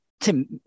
Tim